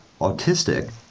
autistic